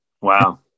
Wow